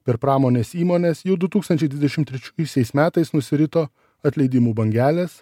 per pramonės įmones jau du tūkstančiai dvidešimt trečiaisiais metais nusirito atleidimų bangelės